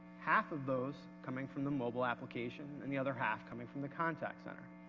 half of those coming from the mobile application and the other half coming from the contact center.